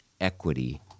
equity